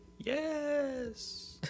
Yes